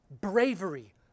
bravery